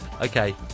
Okay